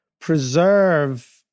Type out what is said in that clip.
preserve